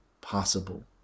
possible